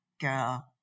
Girl